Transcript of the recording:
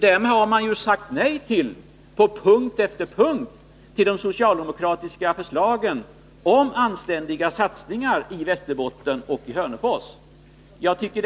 Där har de ju sagt nej, på punkt efter punkt, till de socialdemokratiska förslagen om anständiga satsningar i Västerbotten, bl.a. i Hörnefors.